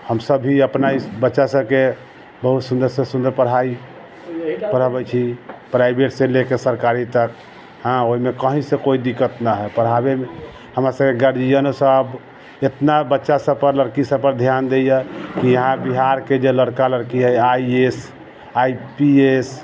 हमसब भी अपना बच्चासबके बहुत सुन्दरसँ सुन्दर पढ़ाइ कराबै छी प्राइवेटसँ लेकर सरकारी तक हँ ओहिमे कहीँसँ कोइ दिक्कत नहि हइ पढ़ाबैमे हमरासबके गार्जियनसब इतना बच्चासबपर लड़कीसबपर धिआन दैए कि यहाँ बिहारके जे लड़का लड़की हइ I A S I P S